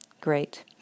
Great